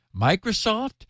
Microsoft